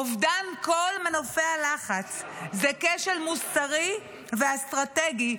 אובדן כל מנופי הלחץ זה כשל מוסרי ואסטרטגי,